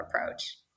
approach